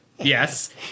Yes